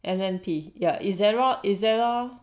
M_N_P ya ezerra ezerra